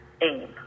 aim